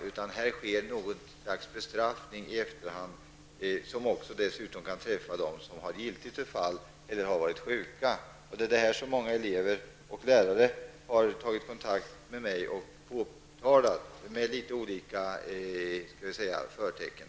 Här sker i stället något slags bestraffning i efterhand, som dessutom kan träffa dem som har giltigt förfall eller har varit sjuka. Därför har många elever och lärare tagit kontakt med mig och påtalat detta, med litet olika förtecken.